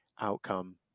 outcome